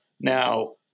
Now